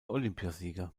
olympiasieger